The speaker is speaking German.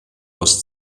aus